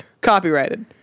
Copyrighted